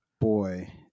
boy